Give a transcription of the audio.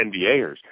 NBAers